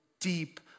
deep